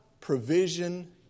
provision